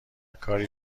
کاری